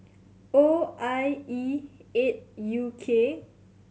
O I E eight U K